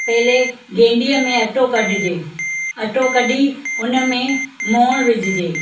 पहले गेंडीअ में अटो कढिजे अटो कढी उन में मोण विझिजे